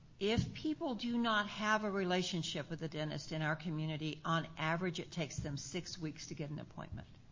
if people do not have a relationship with a dentist in our community, on average it takes them six weeks to get an appointment.